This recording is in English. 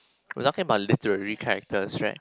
we're talking about literary characters right